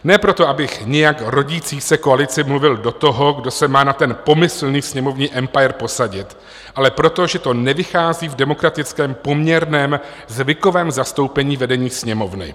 Ne proto, abych nijak rodící se koalici mluvil do toho, kdo se má na ten pomyslný sněmovní umpire posadit, ale protože to nevychází v demokratickém poměrném zvykovém zastoupení vedení Sněmovny.